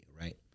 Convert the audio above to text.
right